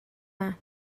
yma